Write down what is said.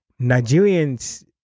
Nigerians